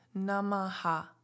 Namaha